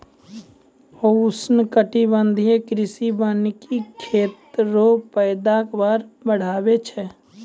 उष्णकटिबंधीय कृषि वानिकी खेत रो पैदावार बढ़ाबै छै